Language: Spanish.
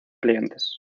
clientes